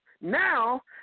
Now